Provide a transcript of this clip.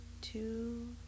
two